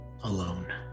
alone